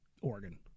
Oregon